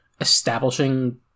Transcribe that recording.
establishing